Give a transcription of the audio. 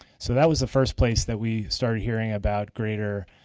so that was the first place that we started hearing about greater